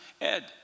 Ed